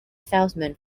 salesman